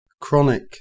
Chronic